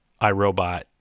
iRobot